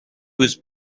was